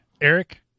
Eric